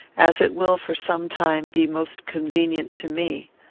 as it will, for some time, be most convenient to me.